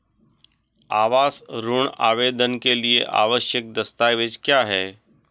आवास ऋण आवेदन के लिए आवश्यक दस्तावेज़ क्या हैं?